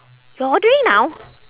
you're ordering now